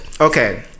okay